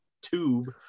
tube